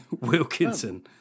Wilkinson